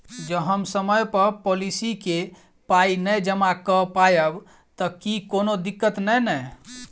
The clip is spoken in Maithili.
जँ हम समय सअ पोलिसी केँ पाई नै जमा कऽ पायब तऽ की कोनो दिक्कत नै नै?